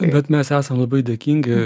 bet mes esam labai dėkingi